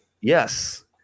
Yes